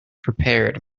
prepared